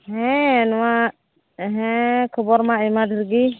ᱦᱮᱸ ᱱᱚᱣᱟ ᱦᱮᱸ ᱠᱷᱚᱵᱚᱨ ᱢᱟ ᱟᱭᱢᱟ ᱰᱷᱮᱨ ᱜᱮ